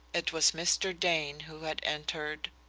it was mr. dane who had entered.